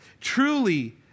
truly